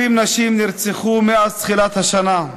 יותר מ-20 נשים נרצחו מאז תחילת השנה,